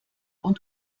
und